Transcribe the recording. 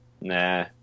Nah